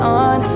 on